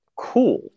cool